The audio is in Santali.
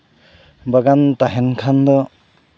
ᱵᱟᱜᱟᱱ ᱛᱟᱦᱮᱱ ᱠᱷᱟᱱ ᱫᱚ